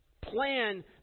plan